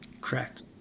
Correct